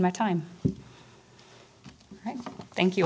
my time thank you